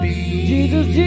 Jesus